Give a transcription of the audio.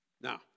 Now